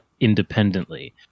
independently